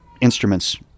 instruments